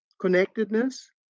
connectedness